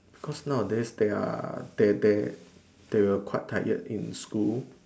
cause nowadays they are they they they will quite tired in school